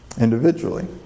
individually